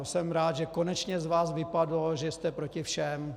A jsem rád, že konečně z vás vypadlo, že jste proti všem.